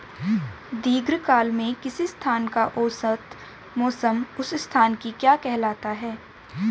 दीर्घकाल में किसी स्थान का औसत मौसम उस स्थान की क्या कहलाता है?